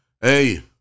hey